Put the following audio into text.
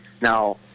Now